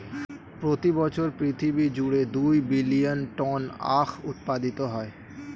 প্রতি বছর পৃথিবী জুড়ে দুই বিলিয়ন টন আখ উৎপাদিত হয়